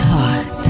Heart